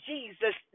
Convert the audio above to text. Jesus